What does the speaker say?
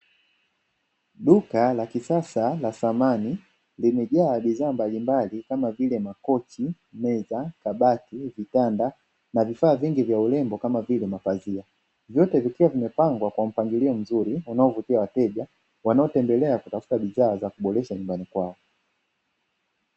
Duka la kisasa la samani limejaa bidhaa mbalimbali kama vile makochi, meza, kabati, vitanda, na vifaa vingi vya urembo kama vile mapazia, vyote vikiwa vimepangwa kwa mpangilio mzuri unaovutia wateja wanaotembelea kutafuta bidhaa za kuboresha nyumbani kwao.